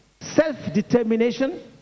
self-determination